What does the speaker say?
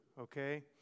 okay